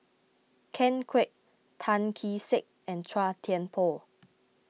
Ken Kwek Tan Kee Sek and Chua Thian Poh